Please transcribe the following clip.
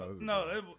No